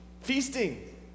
feasting